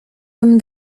bym